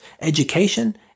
education